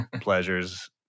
pleasures